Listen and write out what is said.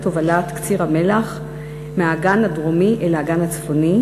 הובלת קציר המלח מהאגן הדרומי אל האגן הצפוני,